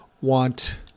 want